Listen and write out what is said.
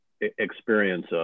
experience